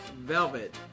Velvet